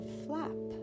flap